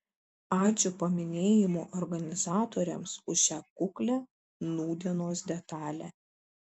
ačiū paminėjimo organizatoriams už šią kuklią nūdienos detalę